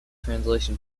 translation